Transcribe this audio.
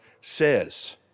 says